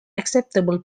acceptable